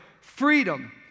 freedom